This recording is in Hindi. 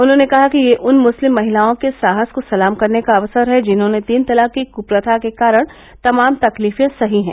उन्होंने कहा कि यह उन मुस्लिम महिलाओं के साहस को सलाम करने का अवसर है जिन्होंने तीन तलाक की कप्रथा के कारण तमाम तकलीफें सही हैं